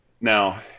Now